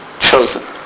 chosen